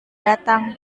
datang